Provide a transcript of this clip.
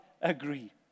agree